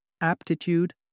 aptitude